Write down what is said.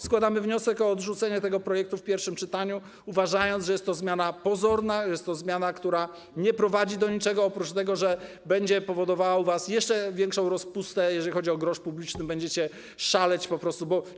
Składamy wniosek o odrzucenie tego projektu w pierwszym czytaniu, uważając, że jest to zmiana pozorna, że jest to zmiana, która nie prowadzi do niczego, oprócz tego, że będzie powodowała u was jeszcze większą rozpustę, jeżeli chodzi o grosz publiczny, bo będziecie po prostu szaleć.